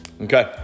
Okay